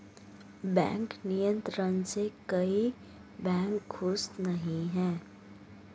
bank नियंत्रण से कई बैंक खुश नही हैं